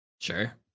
Sure